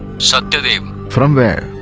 satyadevan from where?